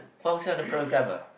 function a programmer